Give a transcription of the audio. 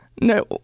No